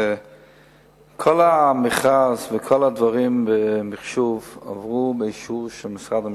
כל המכרז וכל המחשוב עברו באישור של משרד המשפטים,